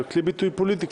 זה כלי ביטוי פוליטי,